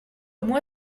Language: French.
moi